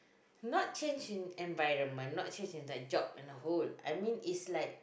not change in environment not change in like job and whole I mean is like